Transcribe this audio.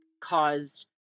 caused